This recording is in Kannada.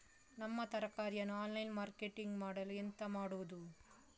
ನಮ್ಮ ತರಕಾರಿಯನ್ನು ಆನ್ಲೈನ್ ಮಾರ್ಕೆಟಿಂಗ್ ಮಾಡಲು ಎಂತ ಮಾಡುದು?